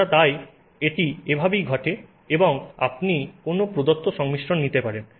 এবং আমরা তাই এটি এভাবেই ঘটে এবং আপনি কোনও প্রদত্ত সংমিশ্রণ নিতে পারেন